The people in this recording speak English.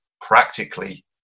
practically